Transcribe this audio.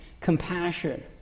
compassion